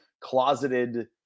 closeted